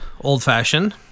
old-fashioned